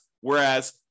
Whereas